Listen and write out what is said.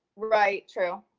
right, true.